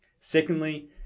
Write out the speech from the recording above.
Secondly